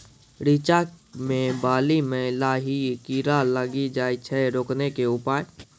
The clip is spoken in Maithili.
रिचा मे बाली मैं लाही कीड़ा लागी जाए छै रोकने के उपाय?